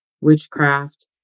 witchcraft